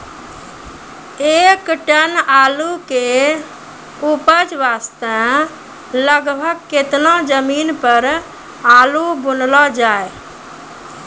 एक टन आलू के उपज वास्ते लगभग केतना जमीन पर आलू बुनलो जाय?